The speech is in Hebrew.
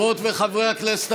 חברות וחברי הכנסת,